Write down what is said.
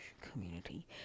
community